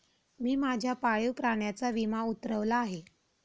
मी माझ्या पाळीव प्राण्याचा विमा उतरवला आहे